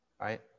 right